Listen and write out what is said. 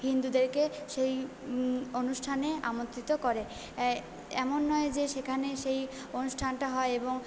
হিন্দুদেরকে সেই অনুষ্ঠানে আমন্ত্রিত করে এমন নয় যে সেখানে সেই অনুষ্ঠানটা হয় এবং